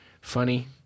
funny